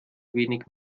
wenig